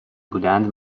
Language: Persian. بودند